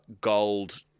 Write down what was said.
gold